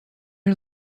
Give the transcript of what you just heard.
are